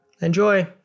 Enjoy